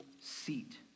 Seat